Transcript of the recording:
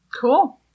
Cool